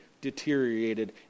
deteriorated